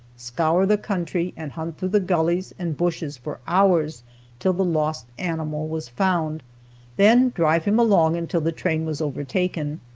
scour the country and hunt through the gullies and bushes for hours till the lost animal was found then drive him along until the train was overtaken.